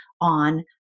on